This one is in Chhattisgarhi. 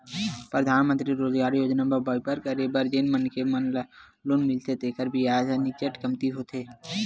परधानमंतरी रोजगार योजना म बइपार करे बर जेन मनखे मन ल लोन मिलथे तेखर बियाज ह नीचट कमती होथे